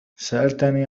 سألتني